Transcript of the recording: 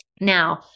Now